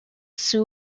sue